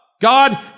God